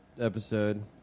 episode